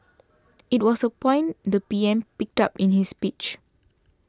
it was a point the P M picked up in his speech